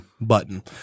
button